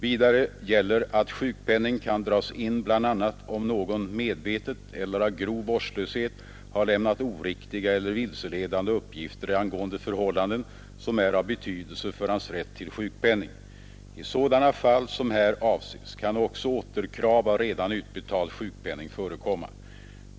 Vidare gäller att sjukpenning kan dras in bl.a. om Nr 24 någon medvetet eller av grov vårdslöshet har lämnat oriktiga eller Torsdagen den vilseledande uppgifter angående förhållanden som är av betydelse för 17 februari 1972 hans rätt till sjukpenning. I sådana fall som här avses kan också återkrav av redan utbetald sjukpenning förekomma.